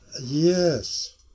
Yes